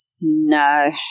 No